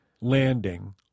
landing